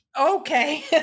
Okay